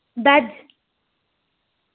veg